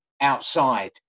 outside